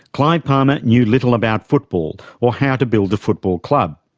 clive palmer knew little about football or how to build a football club.